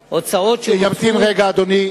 2009. ימתין רגע אדוני.